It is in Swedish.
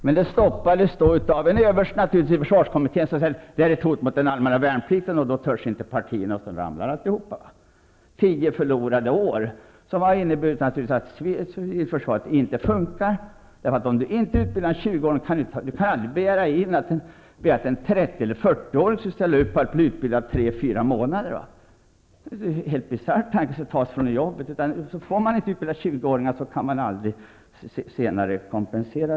Men detta stoppades av en överste i försvarskommittén som sade att det var ett hot mot den allmänna värnplikten. Partierna -- utom folkpartiet -- sade då nej till direktrekrytering. Det är tio förlorade år, som naturligtvis har inneburit att civilförsvaret inte fått en chans att funka. Om du inte utbildar 20-åringar kan det aldrig kompenseras senare. Du kan aldrig begära att 30 eller 40-åringar skall ställa upp på att med tvång bli utbildade tre eller fyra månader. Det är en helt bisarr tanke att de skulle tas från sina jobb.